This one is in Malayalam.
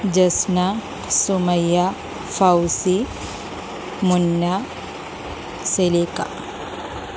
ജസ്ന സുമയ്യ ഫൗസി മുന്ന സലീക്ക